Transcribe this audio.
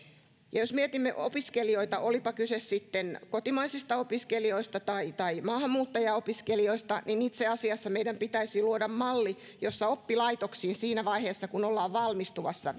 jos mietimme opiskelijoita olipa kyse sitten kotimaisista opiskelijoista tai tai maahanmuuttajaopiskelijoista niin itse asiassa meidän pitäisi luoda malli jossa oppilaitoksiin viedään tiukemmin työnvälityspalvelut siinä vaiheessa kun ollaan valmistumassa